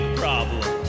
problem